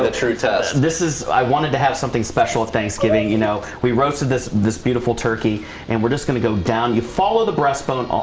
true test. this is i wanted to have something special thanksgiving. you know we roasted this this beautiful turkey and we're just gonna go down you follow the breastbone.